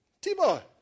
T-boy